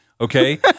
okay